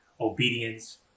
obedience